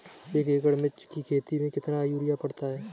एक एकड़ मिर्च की खेती में कितना यूरिया पड़ता है?